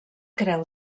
creu